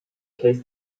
case